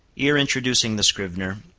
ere introducing the scrivener,